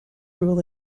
rule